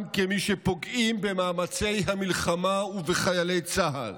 כמי שפוגעים במאמצי המלחמה ובחיילי צה"ל,